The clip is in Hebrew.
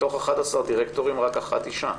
מתוך 11 דירקטורים, רק אחת אישה.